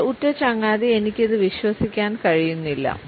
എന്റെ ഉറ്റ ചങ്ങാതി എനിക്ക് ഇത് വിശ്വസിക്കാൻ കഴിയുന്നില്ല